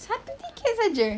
satu ticket sahaja